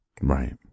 Right